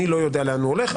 אני לא יודע לאן הוא הולך.